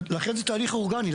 לכן זה תהליך אורגני,